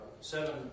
seven